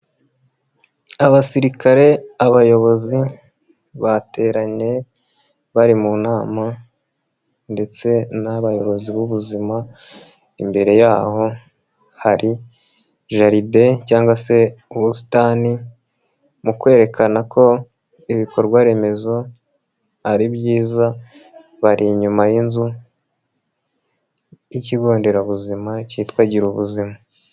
Abasirikare, abayobozi bateranye bari mu nama ndetse n'abayobozi b'ubuzima, imbere yaho hari jardin cyangwa se ubusitani mu kwerekana ko ibikorwa remezo ari byiza, bari inyuma y'inzu y'ikigo nderabuzima cyitwa Girubuzima.